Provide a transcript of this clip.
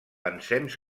ensems